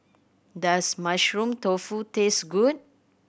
does Mushroom Tofu taste good